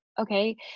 okay